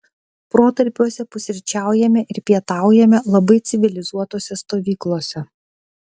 protarpiuose pusryčiaujame ir pietaujame labai civilizuotose stovyklose